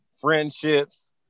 friendships